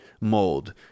mold